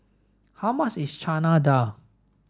how much is Chana Dal